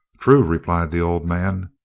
true, replied the old man,